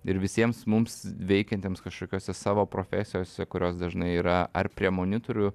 ir visiems mums veikiantiems kažkokiose savo profesijose kurios dažnai yra ar prie monitorių